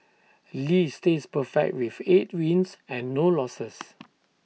lee stays perfect with eight wins and no losses